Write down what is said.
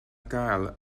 gael